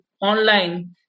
online